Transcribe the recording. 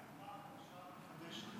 זו השפה החדשה המתחדשת.